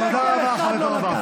שקל אחד, שקל אחד, שקל אחד לא לקחתי.